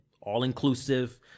all-inclusive